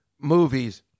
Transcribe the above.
movies